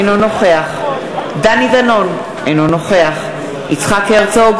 אינו נוכח דני דנון, אינו נוכח יצחק הרצוג,